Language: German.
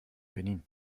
benin